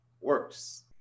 works